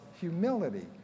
humility